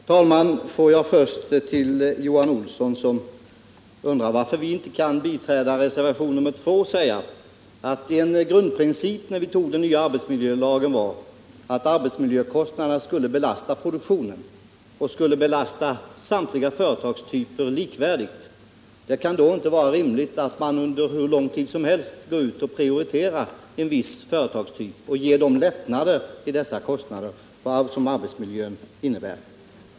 Herr talman! Får jag först säga till Johan Olsson, som undrar varför vi inte kan biträda reservationen 2, att en grundprincip när vi antog den nya arbetsmiljölagen var att arbetsmiljökostnaderna skulle belasta produktionen och samtliga företagstyper likvärdigt. Det kan då inte vara rimligt att man under hur lång tid som helst går ut och prioriterar en viss företagstyp och ger dessa företag lättnader i de kostnader som förbättrandet av arbetsmiljön innebär.